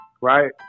right